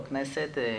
בכנסת,